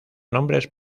nombres